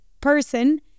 person